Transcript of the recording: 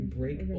break